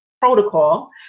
protocol